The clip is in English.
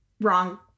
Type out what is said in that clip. wrong